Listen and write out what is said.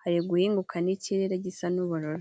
hari guhinguka n'ikirere gisa n'ubururu.